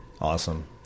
awesome